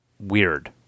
Weird